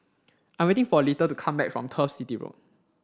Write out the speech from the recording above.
I'm waiting for Little to come back from Turf City Road